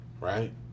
Right